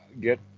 get